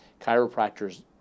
chiropractors